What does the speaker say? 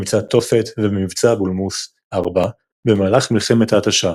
במבצע תופת ובמבצע בולמוס 4 במהלך מלחמת ההתשה.